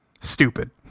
Stupid